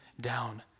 down